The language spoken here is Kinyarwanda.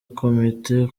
komite